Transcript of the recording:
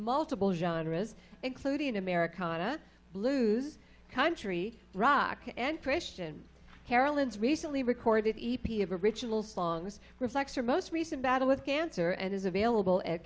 multiple genres including americana blues country rock and christian carolyn's recently recorded of original songs reflects her most recent battle with cancer and is available at